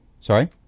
Sorry